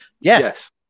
Yes